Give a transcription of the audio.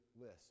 list